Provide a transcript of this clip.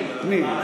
פנים.